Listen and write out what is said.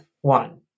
one